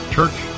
Church